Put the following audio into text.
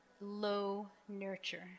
low-nurture